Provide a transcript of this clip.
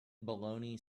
baloney